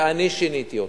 ואני שיניתי אותם.